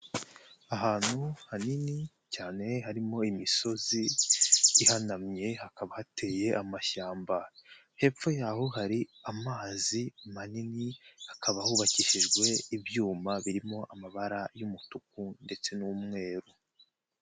Ahantu hanini cyane harimo imisozi ihanamye, hakaba hateye amashyamba, hepfo yaho hari amazi manini, hakaba hubakishijwe ibyuma birimo amabara y'umutuku ndetse n'umweru.